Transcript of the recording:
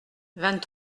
vingt